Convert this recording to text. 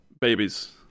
babies